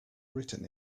written